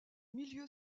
milieu